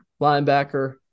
linebacker